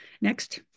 Next